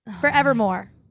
forevermore